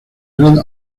red